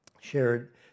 shared